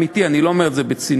אני לא אומר את זה בציניות,